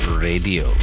Radio